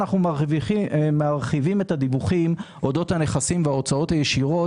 אנחנו מרחיבים את הדיווחים אודות הנכסים וההוצאות הישירות,